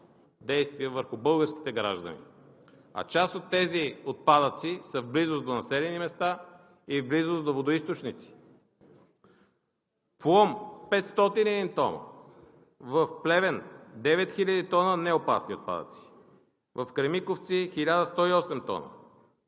действия върху българските граждани, а част от тези отпадъци са в близост до населени места и в близост до водоизточници. В Лом – 501 тона, в Плевен – 9000 тона неопасни отпадъци, в Кремиковци – 1108 тона.